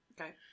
Okay